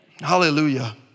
Hallelujah